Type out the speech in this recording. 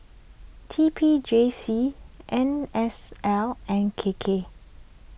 T P J C N S L and K K